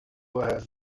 has